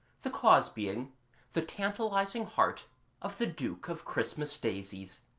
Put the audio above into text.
the cause being the tantalising heart of the duke of christmas daisies.